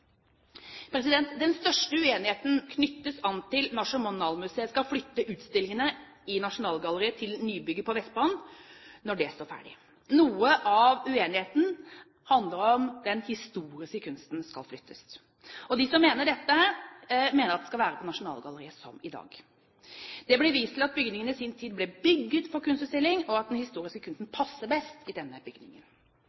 Den største uenigheten knyttes til om Nasjonalmuseet skal flytte utstillingene i Nasjonalgalleriet til nybygget på Vestbanen når det står ferdig. Noe av uenigheten handler om den historiske kunsten skal flyttes. De som mener dette, mener at det skal være på Nasjonalgalleriet som i dag. Det blir vist til at bygningen i sin tid ble bygget for kunstutstilling, og at den historiske